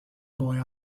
boy